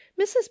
mrs